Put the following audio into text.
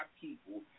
people